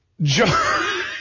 Joe